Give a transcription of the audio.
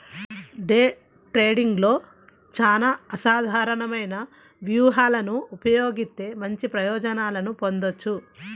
day ట్రేడింగ్లో చానా అసాధారణమైన వ్యూహాలను ఉపయోగిత్తే మంచి ప్రయోజనాలను పొందొచ్చు